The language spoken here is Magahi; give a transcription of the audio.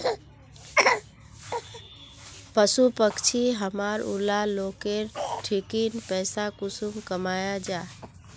पशु पक्षी हमरा ऊला लोकेर ठिकिन पैसा कुंसम कमाया जा?